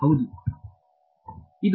ವಿದ್ಯಾರ್ಥಿ ಹೌದು